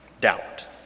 Doubt